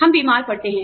हम बीमार पड़ते हैं